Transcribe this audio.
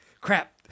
crap